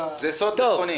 זה סוד ביטחוני.